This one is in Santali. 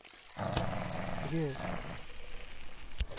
ᱜᱮ